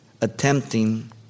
attempting